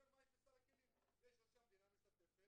מה יש בסל הכלים או שמדינה משתתפת,